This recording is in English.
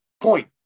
point